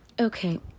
okay